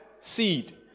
seed